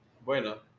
Bueno